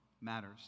matters